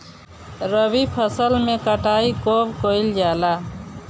रबी फसल मे कटाई कब कइल जाला?